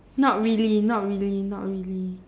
not really not really not really